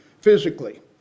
physically